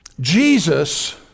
Jesus